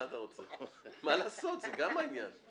מה לעשות, זה גם חלק מהעניין.